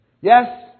Yes